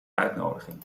uitnodiging